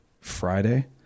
Friday